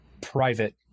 private